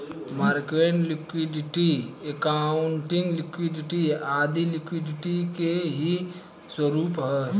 market liquidity, accounting liquidity आदी liquidity के ही स्वरूप है